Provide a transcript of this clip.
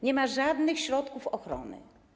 Nie ma żadnych środków ochrony.